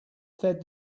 fed